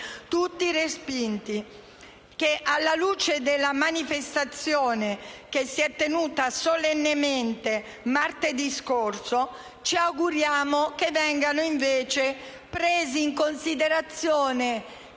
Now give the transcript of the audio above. tutti respinti, e che, alla luce della manifestazione che si è tenuta solennemente martedì scorso, ci auguriamo vengano presi in considerazione